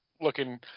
looking